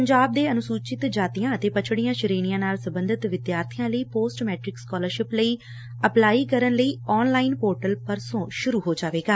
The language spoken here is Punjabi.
ਪੰਜਾਬ ਦੇ ਅਨੁਸੂਚਿਤ ਜਾਤੀਆਂ ਅਤੇ ਪੱਛਤੀਆਂ ਸ਼ੇਣੀਆਂ ਨਾਲ ਸਬੰਧਤ ਵਿਦਿਆਥੀਆਂ ਲਈ ਪੋਸਟ ਮੈਟ੍ਟਿਕ ਸਕਾਲਰਸ਼ਿਪ ਲਈ ਅਪਲਾਈ ਕਰਨ ਲਈ ਆਨ ਲਾਈਨ ਪੋਰਟਲ ਪਰਸੋਂ ਸੂਰੁ ਹੋ ਜਾਵੇਗਾ